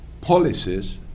policies